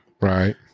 Right